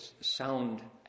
sound